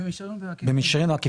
במישרין או בעקיפין.